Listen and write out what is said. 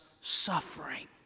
suffering